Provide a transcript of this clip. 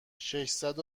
ششصد